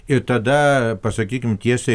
ir tada pasakykim tiesiai